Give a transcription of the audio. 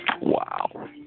wow